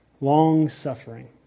long-suffering